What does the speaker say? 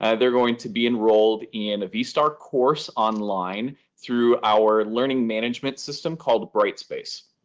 and they're going to be enrolled in a vstar course online through our learning management system called bright space.